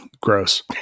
gross